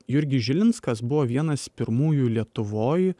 jurgis žilinskas buvo vienas pirmųjų lietuvoj